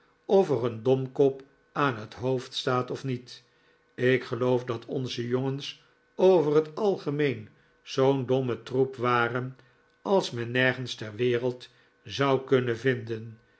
er een domkop aan het hoofd staat of niet ik geloof dat onze jongens over het algemeen zoo'n domme troep waren als men nergens ter wereld zou kunnen vinden